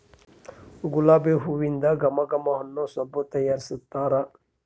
ಗುಲಾಬಿ ಹೂಲಿಂದ ಘಮ ಘಮ ಅನ್ನೊ ಸಬ್ಬು ತಯಾರಿಸ್ತಾರ